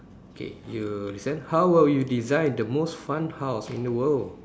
okay you listen how will you design the most fun house in the world